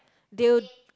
they would